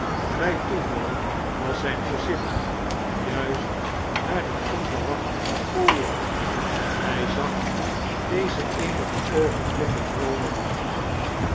bij toeval was zijn gezicht juist naar den onverwachten gast gekeerd hij zag dezen eenige oogenblikken droomerig aan